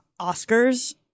Oscars